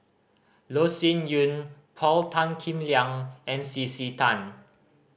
Loh Sin Yun Paul Tan Kim Liang and C C Tan